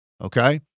okay